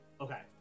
Okay